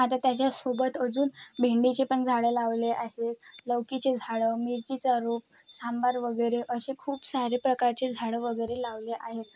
आता त्याच्यासोबत अजून भेंडीचे पण झाडं लावले आहेत लौकीचे झाडं मिरचीचा रोप सांबार वगैरे असे खूप सारे प्रकारचे झाडं वगैरे लावले आहेत